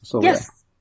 Yes